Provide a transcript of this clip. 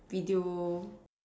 video